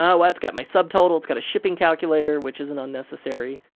oh, it's got my subtotal, it's got a shipping calculator, which isn't unnecessary,